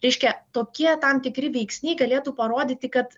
reiškia tokie tam tikri veiksniai galėtų parodyti kad